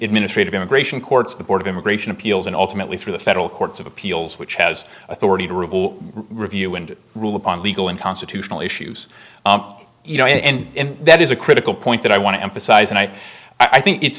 administrative immigration courts the board of immigration appeals and ultimately through the federal courts of appeals which has authority to review and rule of law legal and constitutional issues you know and that is a critical point that i want to emphasize and i think it's